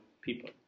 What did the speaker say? people